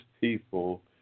people